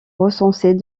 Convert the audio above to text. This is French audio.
recensés